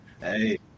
Hey